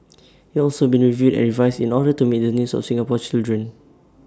IT also been reviewed and revised in order to meet the needs of Singaporean children